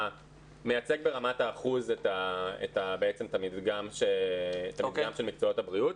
מייצג ברמת האחוז את המדגם של מקצועות הבריאות.